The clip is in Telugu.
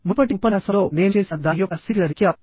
మునుపటి ఉపన్యాసంలో నేను చేసిన దాని యొక్క శీఘ్ర రీక్యాప్